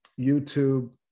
YouTube